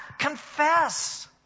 Confess